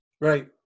Right